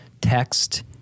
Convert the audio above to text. text –